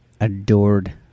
adored